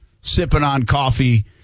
sipping-on-coffee